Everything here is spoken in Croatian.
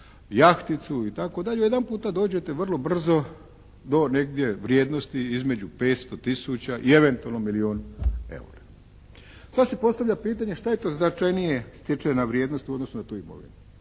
jahticu itd. Jedanputa dođete vrlo brzo do negdje vrijednosti između 500 tisuća i eventualno milijun eura. Sad se postavlja pitanje šta je to značajnije stečena vrijednost u odnosu na tu imovinu.